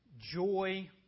joy